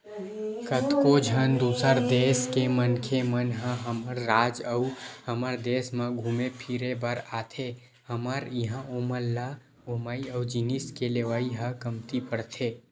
कतको झन दूसर देस के मनखे मन ह हमर राज अउ हमर देस म घुमे फिरे बर आथे हमर इहां ओमन ल घूमई अउ जिनिस के लेवई ह कमती परथे